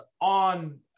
on